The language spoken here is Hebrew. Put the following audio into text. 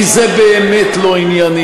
כי זה באמת לא ענייני,